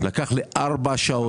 לקח לי ארבע שעות.